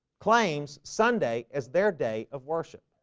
claims sunday as their day of worship